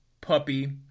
puppy